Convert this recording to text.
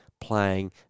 playing